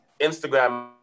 Instagram